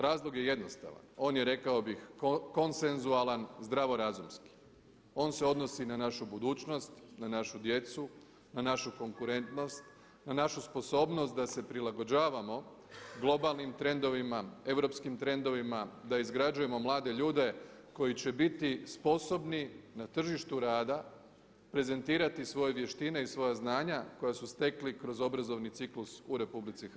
Razlog je jednostavan, on je rekao bih konsenzualan, zdravo razumski, on se odnosi na našu budućnost, na našu djecu, na našu konkurentnost, na našu sposobnost da se prilagođavamo globalnim trendovima, europskih trendovima, da izgrađujemo mlade ljude koji će biti sposobni na tržištu rada, prezentirati svoje vještine i svoja znanja koja su stekli kroz obrazovni ciklus u RH.